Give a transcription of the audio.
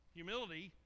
humility